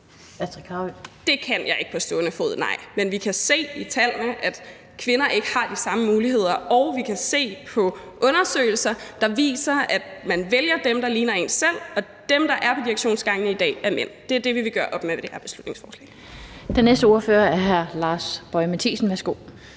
det kan jeg ikke på stående fod, men vi kan se i tallene, at kvinder ikke har de samme muligheder, og vi kan se på undersøgelser, der viser, at man vælger dem, der ligner en selv. Og dem, der er på direktionsgangene i dag, er mænd. Det er det, vi vil gøre op med med det her beslutningsforslag.